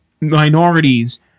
minorities